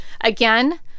Again